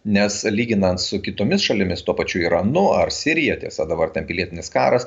nes lyginant su kitomis šalimis tuo pačiu iranu ar sirija tiesa dabar ten pilietinis karas